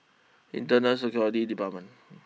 Internal Security Department